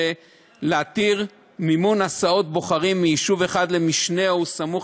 להתיר מימון הסעות בוחרים מיישוב אחד למשנהו סמוך